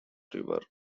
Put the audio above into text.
river